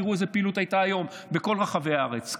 תראו איזו פעילות הייתה היום בכל רחבי הארץ,